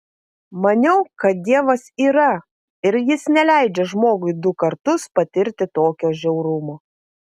maniau kad dievas yra ir jis neleidžia žmogui du kartus patirti tokio žiaurumo